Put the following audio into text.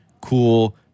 cool